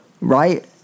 right